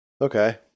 okay